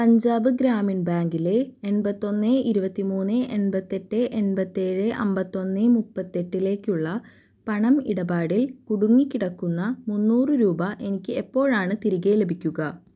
പഞ്ചാബ് ഗ്രാമീൺ ബാങ്കിലെ എൺപത്തൊമ്പത് ഇരുപത്തിമൂന്ന് എൺപത്തെട്ട് എൺപത്തേഴ് അമ്പത്തൊന്ന് മുപ്പത്തെട്ടിലേക്കുള്ള പണം ഇടപാടിൽ കുടുങ്ങിക്കിടക്കുന്ന മുന്നൂറ് രൂപ എനിക്ക് എപ്പോഴാണ് തിരികെ ലഭിക്കുക